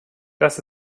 das